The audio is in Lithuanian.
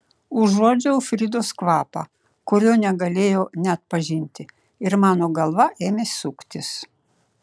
užuodžiau fridos kvapą kurio negalėjau neatpažinti ir mano galva ėmė suktis